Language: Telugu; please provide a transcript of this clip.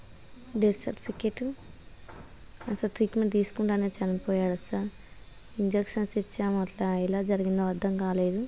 డెత్ సర్టిఫికెట్ అసలు ట్రీట్మెంట్ తీసుకోకుండానే చనిపోయాడు సార్ ఇంజెక్షన్స్ ఇచ్చాము అట్లా ఎలా జరిగిందో అర్థం కాలేదు